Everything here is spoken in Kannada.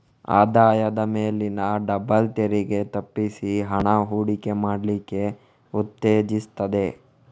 ಆದಾಯದ ಮೇಲಿನ ಡಬಲ್ ತೆರಿಗೆ ತಪ್ಪಿಸಿ ಹಣ ಹೂಡಿಕೆ ಮಾಡ್ಲಿಕ್ಕೆ ಉತ್ತೇಜಿಸ್ತದೆ